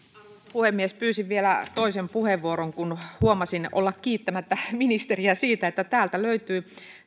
puhemies pyysin vielä toisen puheenvuoron kun huomasin olleeni kiittämättä ministeriä siitä että täältä löytyy